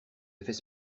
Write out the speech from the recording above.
effets